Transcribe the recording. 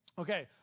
Okay